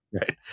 right